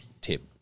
tip